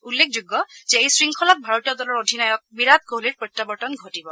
উল্লেখযোগ্য যে এই শৃংখলাত ভাৰতীয় দলৰ অধিনায়ক বিৰাট কোহলিৰ প্ৰত্যাৱৰ্তন ঘটিব